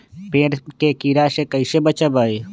पेड़ के कीड़ा से कैसे बचबई?